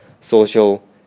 social